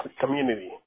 community